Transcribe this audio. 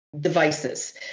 devices